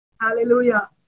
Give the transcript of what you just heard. Hallelujah